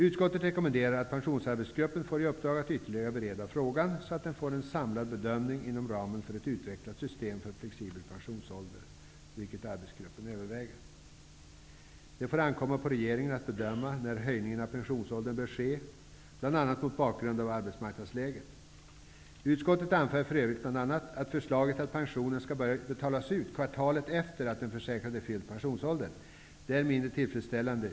Utskottet rekommenderar att pensionsarbetsgruppen får i uppdrag att ytterligare bereda frågan, så att den får en samlad bedömning inom ramen för ett utvecklat system för flexibel pensionsålder. Det får ankomma på regeringen att bedöma när höjningen av pensionsåldern bör ske, bl.a. mot bakgrund av arbetsmarknadsläget. Utskottet anför för övrigt att bl.a. förslaget om att pensionen skall börja betalas ut kvartalet efter det att den försäkrade uppnått pensionsåldern är från rättvisesynpunkt mindre tillfredsställande.